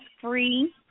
free